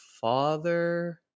father